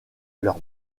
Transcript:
leur